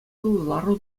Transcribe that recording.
лару